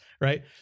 Right